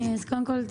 קודם כול,